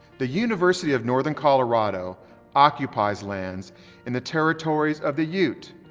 the university of northern colorado occupies lands in the territories of the ute,